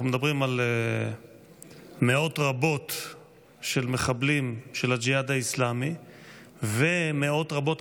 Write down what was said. אנחנו מדברים על מאות רבות של מחבלים של הג'יהאד האסלאמי ומאות רבות,